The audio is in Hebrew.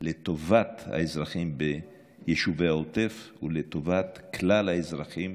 לטובת האזרחים ביישובי העוטף ולטובת כלל האזרחים